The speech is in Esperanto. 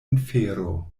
infero